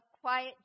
quiet